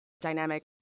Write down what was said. dynamic